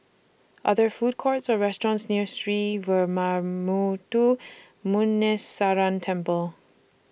Are There Food Courts Or restaurants near Sree Veeramuthu Muneeswaran Temple